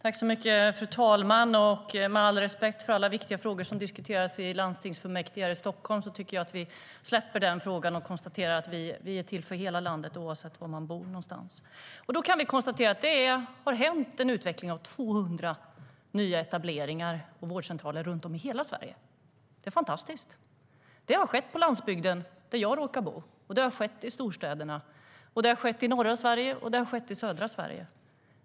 Fru talman! Med all respekt för alla viktiga frågor som diskuteras i landstingsfullmäktige i Stockholm tycker jag att vi släpper den här frågan och konstaterar att vi är till för hela landet, oavsett var man bor någonstans. Då kan vi konstatera att det har blivit 200 nya etableringar av vårdcentraler runt om i hela Sverige. Det är fantastiskt. Det har skett på landsbygden, där jag råkar bo, och det har skett i storstäderna. Det har skett i norra Sverige, och det har skett i södra Sverige.